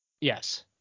Yes